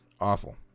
awful